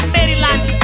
Maryland